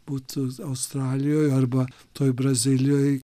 būtų australijoj arba toj brazilijoj